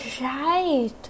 Right